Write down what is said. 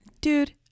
Dude